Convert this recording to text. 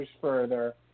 further